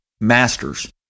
masters